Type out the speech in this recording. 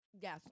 Yes